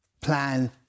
plan